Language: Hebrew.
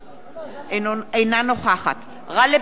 אינה נוכחת גאלב מג'אדלה,